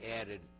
added